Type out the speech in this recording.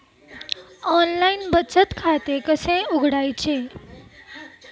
Online बचत खाते कसे उघडायचे?